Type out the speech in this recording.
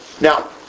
Now